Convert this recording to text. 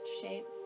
shape